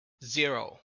zero